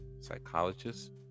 psychologist